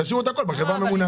תשאירו הכול בחברה הממונה.